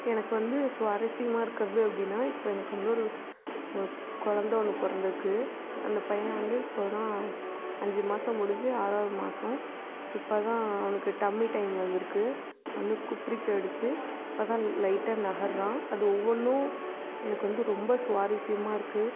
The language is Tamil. எனக்கு வந்து சுவாரசியமாக இருக்குறது அப்படின்னா இப்போ எனக்கு வந்து ஒரு குலந்த ஒன்று பிறந்துருக்கு அந்த பையன் வந்து இப்போதான் அஞ்சு மாதம் முடிஞ்சி ஆறாவது மாதம் இப்போதான் அவனுக்கு டம்மி டைம் வந்துருக்கு வந்து குப்ரிக்க அடுச்சி இப்பதான் லைட்டாக நகர்றான் அது ஒவ்வொன்றும் எனக்கு வந்து ரொம்ப சுவாரசியமாக இருக்கு